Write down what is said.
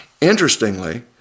Interestingly